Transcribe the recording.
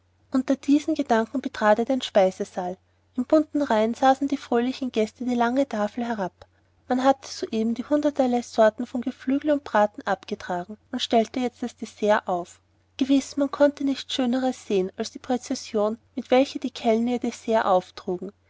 unter diesen gedanken trat er in den speisesaal in bunten reihen saßen die fröhlichen gäste die lange tafel herab man hatte soeben die hunderterlei sorten von geflügel und braten abgetragen und stellte jetzt das dessert auf gewiß man konnte nichts schöneres sehen als die präzision mit welcher die kellner ihr dessert auftrugen